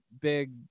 big